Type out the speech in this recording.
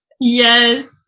Yes